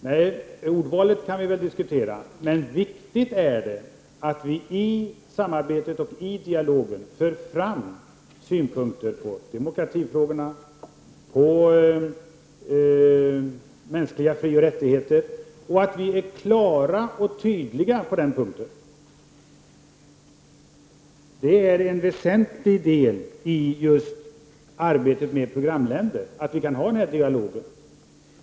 Nej, ordvalet kan vi diskutera, men det är viktigt att vi i samarbetet och i dialogen för fram synpunkter på demokratifrågorna och mänskliga frioch rättigheter och att vi är klara och tydliga på den punkten. Det är en väsentlig del i arbetet med programländer att vi för den här dialogen.